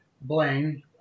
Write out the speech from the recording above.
Blaine